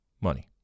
Money